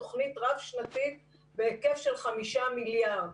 תוכנית רב-שנתית בהיקף של 5 מיליארד.